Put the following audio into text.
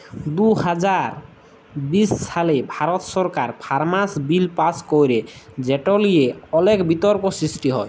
দু হাজার বিশ সালে ভারত সরকার ফার্মার্স বিল পাস্ ক্যরে যেট লিয়ে অলেক বিতর্ক সৃষ্টি হ্যয়